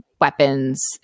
weapons